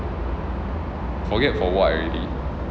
forget for what already